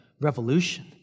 revolution